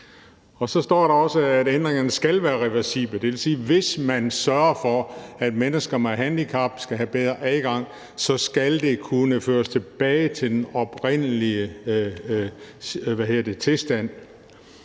ændringer skal være reversible. Det vil sige, at hvis man sørger for, at mennesker med handicap får bedre adgang til et fortidsminde, så skal det kunne føres tilbage til den oprindelige tilstand.